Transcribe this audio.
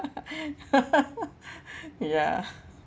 ya